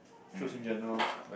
shows in general